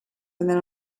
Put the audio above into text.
within